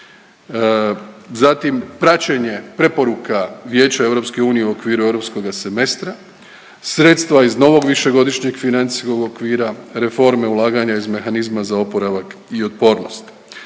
Zatim praćenje preporuka Vijeća EU u okviru europskoga semestra, sredstva iz novog višegodišnjeg financijskog okvira, reforme ulaganja iz mehanizma za oporavak i otpornost.